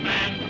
Man